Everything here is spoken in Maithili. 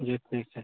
जी ठीक छै